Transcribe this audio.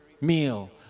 meal